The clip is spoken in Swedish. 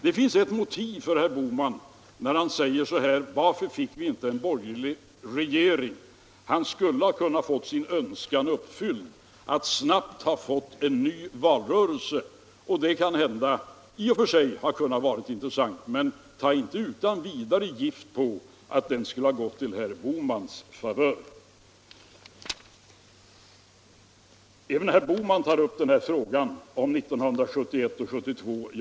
Det finns ett motiv för herr Bohman när han säger: Varför fick vi inte en borgerlig regering? Han kunde ha fått sin önskan uppfylld att det snabbt skulle bli en ny valrörelse. Det hade kanske i och för sig varit intressant, men ta inte utan vidare gift på att den skulle ha gått i herr Bohmans favör. Även herr Bohman tar upp frågan om 1971 och 1972.